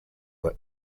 were